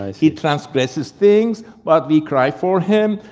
he transgresses things but we cry for him,